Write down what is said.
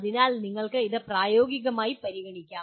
അതിനാൽ നിങ്ങൾക്ക് ഇത് പ്രായോഗികമായി പരിഗണിക്കാം